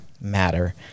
matter